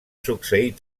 succeir